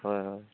হয় হয়